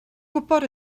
gwybod